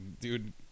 dude